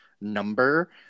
number